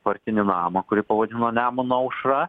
partinį mamą kurį pavadino nemuno aušra